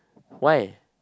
why